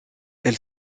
elle